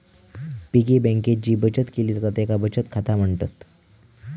piggy बँकेत जी बचत केली जाता तेका बचत खाता म्हणतत